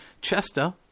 Chester